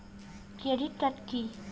Credit card key?